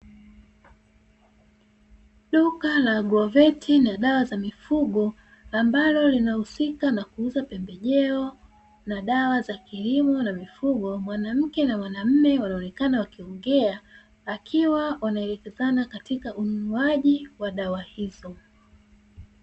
Duka la agroveti na dawa za mifugo ambalo linahusika na kuuza pembejeo na dawa za kilimo na mifugo, mwanamke na mwanaume wakiwa wanaongea wakiwa wanaelekezana katika ununuaji wa dawa hizo.